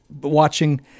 Watching